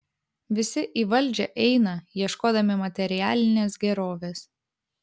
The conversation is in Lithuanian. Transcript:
visi į valdžią eina ieškodami materialinės gerovės